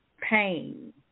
pain